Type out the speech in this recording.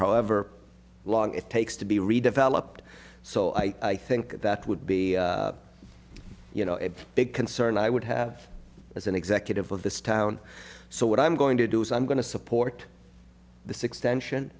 however long it takes to be redeveloped so i think that would be you know a big concern i would have as an executive of this town so what i'm going to do is i'm going to support this extension